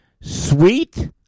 Sweet